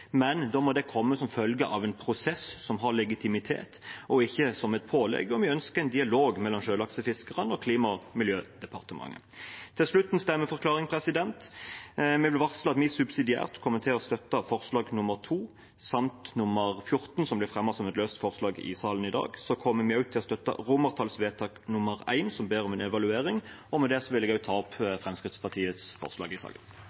Men da må det komme som følge av en prosess som har legitimitet, og ikke som et pålegg. Vi ønsker en dialog mellom sjølaksefiskerne og Klima- og miljødepartementet. Til slutt en stemmeforklaring: Vi vil varsle at vi subsidiært kommer til å støtte forslag nr. 2 samt nr. 14, som ble fremmet som et løst forslag i salen i dag. Vi kommer også til å støtte forslag til vedtak I, hvor en ber om en evaluering. Med det vil jeg ta opp Fremskrittspartiets forslag i saken.